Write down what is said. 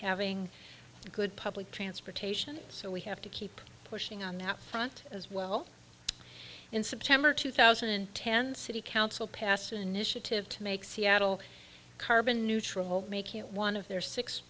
having good public transportation so we have to keep pushing on that front as well in september two thousand and ten city council passed an initiative to make seattle carbon neutral making it one of their six